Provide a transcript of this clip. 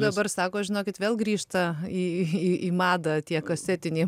dabar sako žinokit vėl grįžta į madą tie kasetiniai